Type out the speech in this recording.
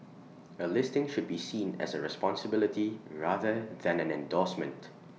A listing should be seen as A responsibility rather than an endorsement